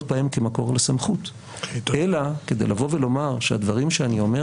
בהם כמקור לסמכות אלא כדי לבוא ולומר שהדברים שאני אומר